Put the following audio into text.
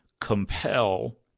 compel